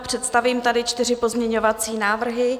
Představím tady čtyři pozměňovací návrhy.